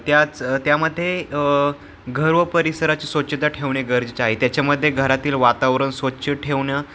त्याच त्यामध्ये घर व परिसराची स्वच्छता ठेवणे गरजेचे आहे त्याच्यामध्ये घरातील वातावरण स्वच्छ ठेवणं